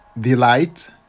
delight